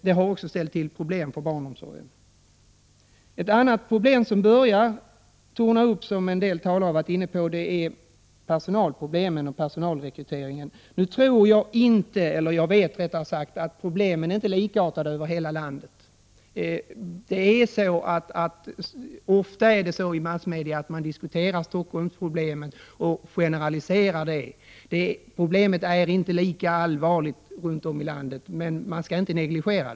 Det har också ställt till problem för barnomsorgen. Ett annat problem som börjar torna upp sig och som en del talare har varit inne på är personalrekryteringen. Jag vet att problemen inte är likartade över hela landet. I massmedia diskuterar man ofta Stockholmsproblemen och generaliserar dem. Problemen är inte lika allvarliga runt om i landet, men de skall inte negligeras.